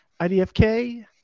IDFK